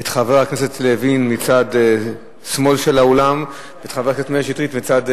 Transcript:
את חבר הכנסת לוין מצד שמאל של האולם ואת חבר הכנסת שטרית מצד זה.